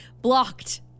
Blocked